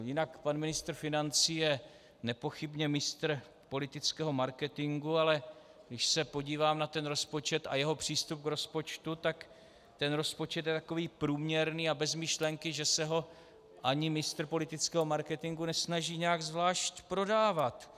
Jinak pan ministr financí je nepochybně mistr politického marketingu, ale když se podívám na rozpočet a jeho přístup k rozpočtu, tak rozpočet je takový průměrný a bez myšlenky, že se ho ani mistr politického marketingu nesnaží nějak zvlášť prodávat.